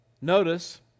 Notice